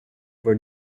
were